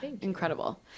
Incredible